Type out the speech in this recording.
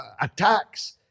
attacks